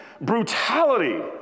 brutality